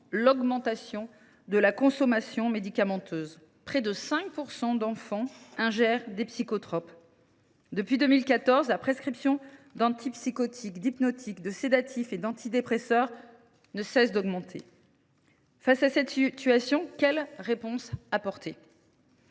l’augmentation de la consommation médicamenteuse : près de 5 % d’enfants ingèrent des psychotropes. Depuis 2014, la prescription d’antipsychotiques, d’hypnotiques, de sédatifs et d’antidépresseurs ne cesse d’augmenter. Face à cette situation, quelles réponses apporter ?